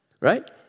Right